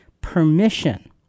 permission